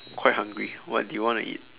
quite hungry what do you want to eat